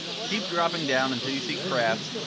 keep dropping down until you see crafts.